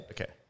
Okay